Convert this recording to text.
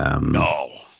No